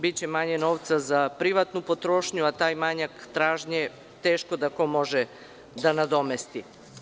Biće manje novca za privatnu potrošnju, a taj manjak tražnje teško da ko može da nadomesti.